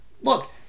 Look